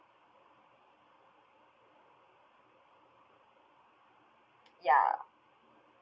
ya